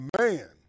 man